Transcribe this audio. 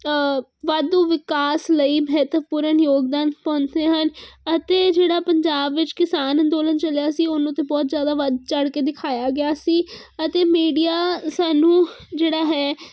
ਵਾਧੂ ਵਿਕਾਸ ਲਈ ਮਹੱਤਵਪੂਰਨ ਯੋਗਦਾਨ ਪਾਉਂਦੇ ਹਨ ਅਤੇ ਜਿਹੜਾ ਪੰਜਾਬ ਵਿੱਚ ਕਿਸਾਨ ਅੰਦੋਲਨ ਚੱਲਿਆ ਸੀ ਉਹਨੂੰ ਅਤੇ ਬਹੁਤ ਜ਼ਿਆਦਾ ਵੱਧ ਚੜ੍ਹ ਕੇ ਦਿਖਾਇਆ ਗਿਆ ਸੀ ਅਤੇ ਮੀਡੀਆ ਸਾਨੂੰ ਜਿਹੜਾ ਹੈ